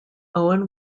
owen